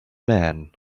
man